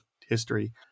history